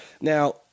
Now